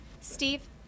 Steve